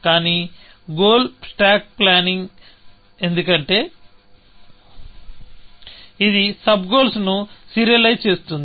కానీ goal stack planning ఎందుకంటే ఇది సబ్ గోల్స్ ను సీరియలైజ్ చేస్తుంది